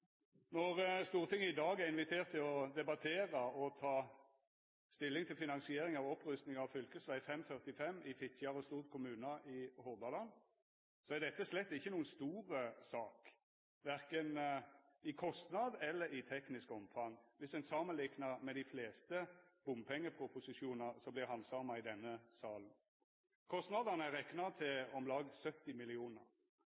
Når Stortinget i dag er invitert til å debattera og ta stilling til finansiering av opprustinga av fv. 545 i Fitjar og Stord kommunar i Hordaland, er dette slett ikkje noko stor sak verken i kostnad eller teknisk omfang, samanlikna med dei fleste bompengeproposisjonane som vert handsama i denne salen. Kostnadane er rekna